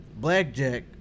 blackjack